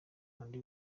andy